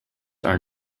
are